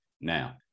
now